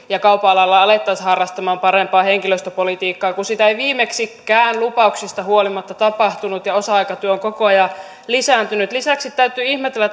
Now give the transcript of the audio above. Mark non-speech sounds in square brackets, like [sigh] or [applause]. ja kaupan alalla alettaisiin harrastamaan parempaa henkilöstöpolitiikkaa kun sitä ei viimeksikään lupauksista huolimatta tapahtunut ja osa aikatyö on koko ajan lisääntynyt lisäksi täytyy ihmetellä [unintelligible]